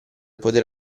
poter